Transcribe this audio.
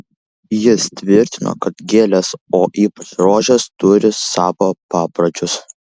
jis tvirtino kad gėlės o ypač rožės turi savo papročius